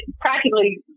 practically